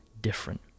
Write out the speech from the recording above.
different